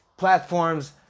Platforms